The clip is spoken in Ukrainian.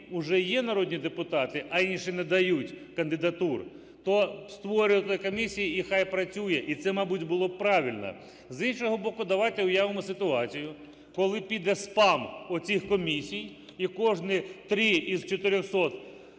вже є народні депутати, а інші не дають кандидатур, то створювати комісії і нехай працює. І це, мабуть, було б правильно. З іншого боку, давайте уявимо ситуацію. Коли піде спам оцих комісій, і кожні три із 450